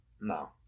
No